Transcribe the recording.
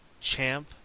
champ